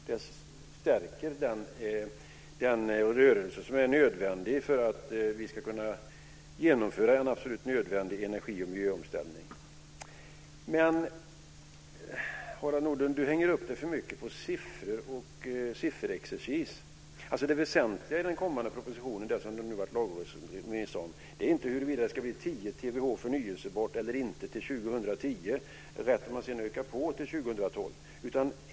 Det stärker den rörelse som behövs för att vi ska kunna genomföra en absolut nödvändig energi och miljöomställning. Men Harald Nordlund hänger upp sig för mycket på siffror och sifferexercis. Det väsentliga i den kommande propositionen - den som nu varit ute på lagrådsremiss - är inte om det ska vara eller hur mycket man ska öka till 2012.